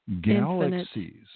galaxies